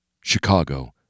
Chicago